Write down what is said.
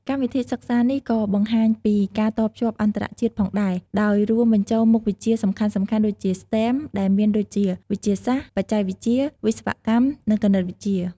កម្មវិធីសិក្សានេះក៏បង្ហាញពី ការតភ្ជាប់អន្តរជាតិ ផងដែរ ដោយរួមបញ្ចូលមុខវិជ្ជាសំខាន់ៗដូចជា STEM ដែលមានដូចជា វិទ្យាសាស្ត្រ បច្ចេកវិទ្យា វិស្វកម្ម និងគណិតវិទ្យា។